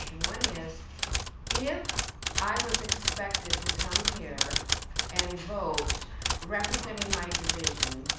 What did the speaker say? one is if i was expected to come here and vote representing my division,